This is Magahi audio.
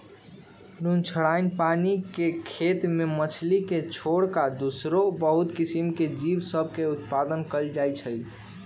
नुनछ्राइन पानी के खेती में मछरी के छोर कऽ दोसरो बहुते किसिम के जीव सभ में उत्पादन कएल जाइ छइ